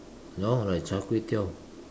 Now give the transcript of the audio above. no like Char-Kway-Teow